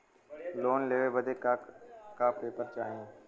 Loan लेवे बदे का का पेपर चाही?